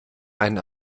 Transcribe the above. einen